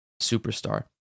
superstar